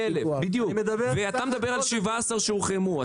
אם יש 100,000 ואתה מדבר על 17 שהוחרמו,